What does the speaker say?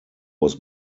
was